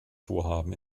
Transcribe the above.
vorhaben